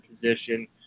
position